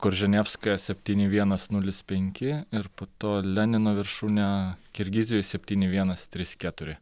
korženevskaja septyni vienas nulis penki ir po to lenino viršūnė kirgizijoj septyni vienas trys keturi